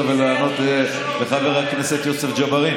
אני יכול להתקדם עכשיו ולענות לחבר הכנסת יוסף ג'בארין?